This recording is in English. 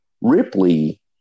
Ripley